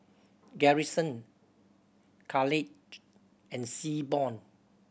Garrison Caleigh and Seaborn